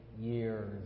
years